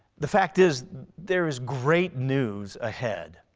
the fact is there is great news ahead.